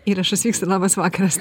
įrašas vyksta labas vakaras